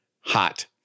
hot